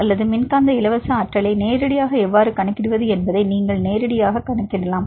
அல்லது மின்காந்த இலவச ஆற்றலை நேரடியாக எவ்வாறு கணக்கிடுவது என்பதை நீங்கள் நேரடியாக கணக்கிடலாம்